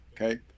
Okay